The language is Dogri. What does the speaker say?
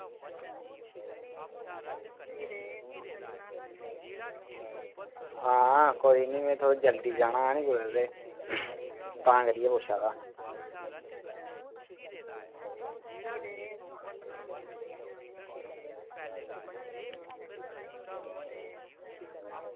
हां कोई निं में जल्दी जाना हा निं कुतै तां करियै पुच्छै दा हा